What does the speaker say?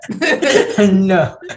no